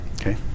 Okay